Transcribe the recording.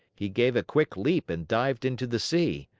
he gave a quick leap and dived into the sea.